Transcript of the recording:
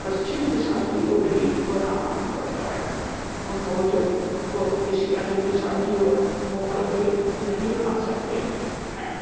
पश्चिम दिशा की ओर ही बनाना पड़ता है हम भोजन को किसी अन्य दिशा की ओर मुंह करके नहीं बना सकते हैं